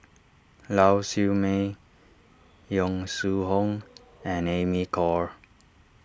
Lau Siew Mei Yong Shu Hoong and Amy Khor